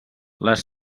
les